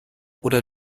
oder